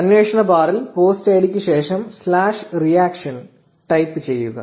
അന്വേഷണ ബാറിൽ പോസ്റ്റ് ഐഡിക്ക് ശേഷം slash reaction slash reaction type ചെയ്യുക